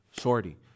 shorty